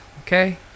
Okay